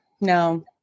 no